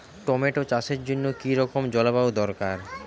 Tomato চাষের জন্য কি রকম জলবায়ু দরকার?